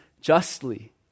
justly